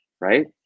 right